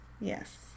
Yes